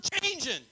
changing